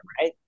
right